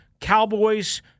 Cowboys